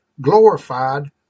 glorified